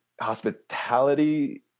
hospitality